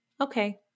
Okay